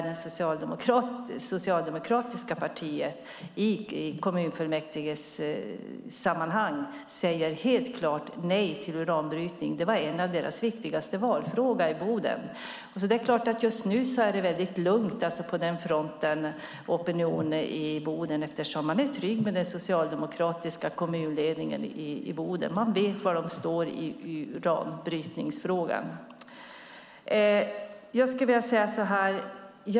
Det socialdemokratiska partiet säger i kommunfullmäktigesammanhang helt klart nej till uranbrytning. Det var en av deras viktigaste valfrågor i Boden. Just nu är det lugnt i opinionen i Boden eftersom man är trygg med den socialdemokratiska kommunledningen. Man vet var de står i uranbrytningsfrågan.